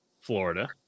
Florida